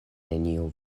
neniu